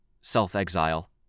Self-exile